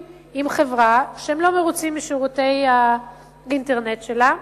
עם חברה שהם לא מרוצים משירותי האינטרנט שלה,